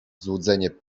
złudzenie